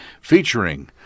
featuring